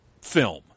film